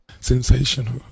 Sensational